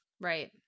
Right